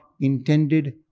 intended